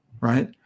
right